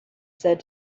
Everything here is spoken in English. said